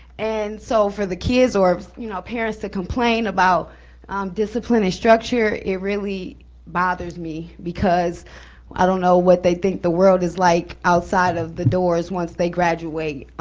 and so for the kids or you know parents to complain about discipline and structure, it really bothers me, because i don't know what they think the world is like outside of the doors once they graduate.